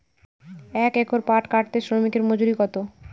এক একর পাট কাটতে শ্রমিকের মজুরি কত?